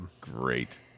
great